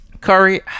Curry